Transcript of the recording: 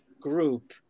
group